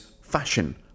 fashion